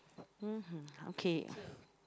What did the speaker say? okay